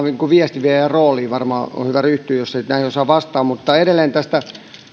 niin kuin viestinviejän rooliin varmaan hyvä ryhtyä jos ei näihin osaa vastata mutta edelleen tästä